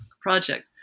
project